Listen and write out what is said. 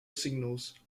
signals